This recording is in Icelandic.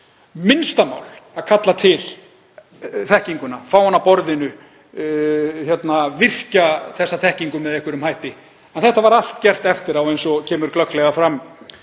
minnsta mál að kalla til þekkinguna, fá hana að borðinu, virkja þessa þekkingu með einhverjum hætti. En þetta var allt gert eftir á, eins og kemur glögglega fram